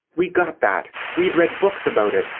we got that. we'd read books about it,